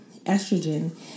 estrogen